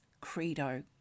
credo